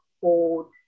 hold